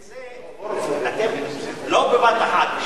לא בבת-אחת.